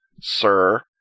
sir